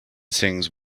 sings